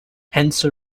hence